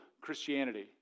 Christianity